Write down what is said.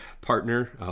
partner